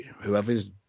whoever's